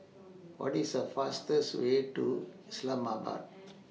What IS The fastest Way to Islamabad